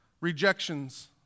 rejections